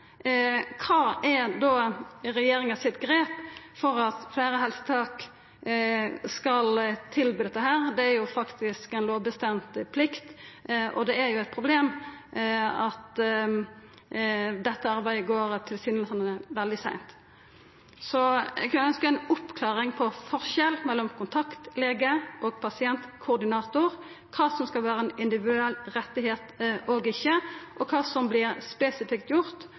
kva er då grepet til regjeringa for at fleire helseføretak skal tilby dette? Det er faktisk ei lovbestemd plikt, og det er eit problem at dette arbeidet tilsynelatande går veldig seint. Eg kunne altså ønskt meg ei oppklaring av forskjellen mellom kontaktlege og pasientkoordinator, kva som skal vera ein individuell rett og ikkje, kva som spesifikt vert gjort for at fleire skal få ein koordinator, og kva